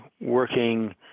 working